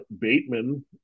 Bateman